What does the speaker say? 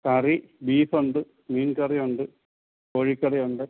കറി beef ഉണ്ട് മീൻകറിയുണ്ട് കോഴിക്കറിയുണ്ട്